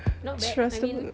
not bad I mean